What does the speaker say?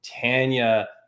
Tanya